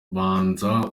banza